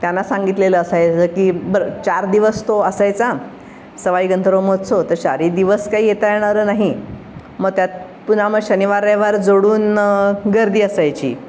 त्यांना सांगितलेलं असायचं की बरं चार दिवस तो असायचा सवाई गंधर्व महोत्सव तर चारी दिवस काही येता येणारं नाही मग त्यात पुन्हा मग शनिवार रविवार जोडून गर्दी असायची